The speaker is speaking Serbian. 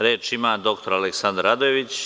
Reč ima dr Aleksandar Radojević.